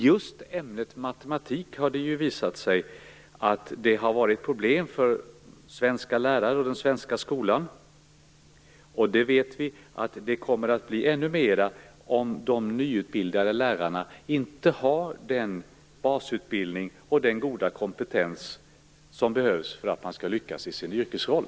Just i ämnet matematik har det visat sig vara problem med lärare i den svenska skolan, och vi vet att det kommer att bli ännu mera problem, om de nyutbildade lärarna inte har den basutbildning och den goda kompetens som de behöver för att lyckas i sin yrkesroll.